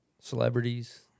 celebrities